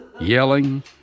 yelling